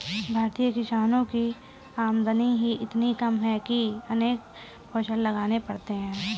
भारतीय किसानों की आमदनी ही इतनी कम है कि अनेक फसल लगाने पड़ते हैं